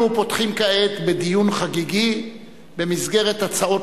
אנחנו פותחים כעת דיון חגיגי במסגרת הצעות